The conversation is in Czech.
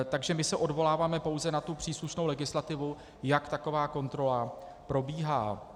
Takže my se odvoláváme pouze na příslušnou legislativu, jak taková kontrola probíhá.